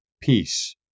peace